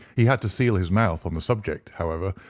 he had to seal his mouth on the subject, however,